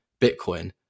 bitcoin